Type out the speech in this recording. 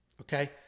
Okay